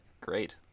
great